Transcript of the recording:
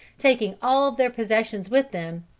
taking all their possessions with them,